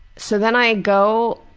so then i go,